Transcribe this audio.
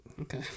Okay